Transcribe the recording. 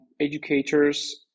educators